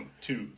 two